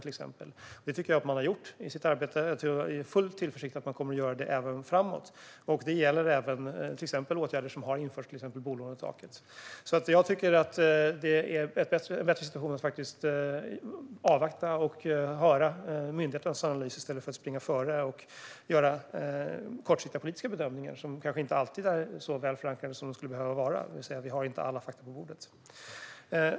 Detta tycker jag att Finansinspektionen har gjort i sitt arbete, och jag är full av tillförsikt när det gäller att man kommer att göra det även framöver. Det gäller också till exempel åtgärder som har införts, som bolånetaket. Jag tycker därför att det är bättre i denna situation att avvakta och höra myndighetens analys än att springa före och göra kortsiktiga politiska bedömningar som kanske inte alltid är så väl förankrande som de skulle behöva vara. Vi har inte alla fakta på bordet.